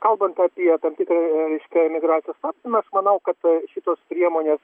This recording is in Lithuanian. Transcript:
kalbant apie tam tikrą reiškia emigracijos stabdymą aš manau kad šitos priemonės